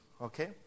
Okay